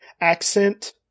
accent